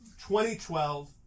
2012